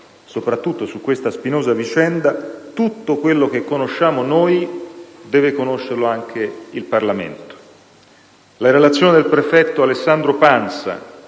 soprattutto su questa spinosa vicenda, tutto quello che conosciamo noi deve conoscerlo anche il Parlamento. La relazione del prefetto Alessandro Pansa,